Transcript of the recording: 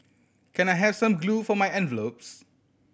can I have some glue for my envelopes